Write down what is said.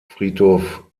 friedhof